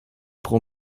pro